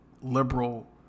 liberal